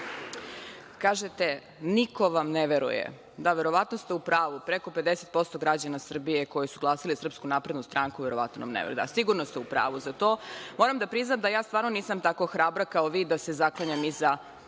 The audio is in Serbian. Kažete, niko vam ne veruje. Da, verovatno ste u pravu, preko 50% građana Srbije koji su glasali za SNS verovatno nam ne veruje. Sigurno ste u pravu za to. Moram da priznam da ja stvarno nisam tako hrabra da se zaklanjam iza